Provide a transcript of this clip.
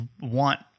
want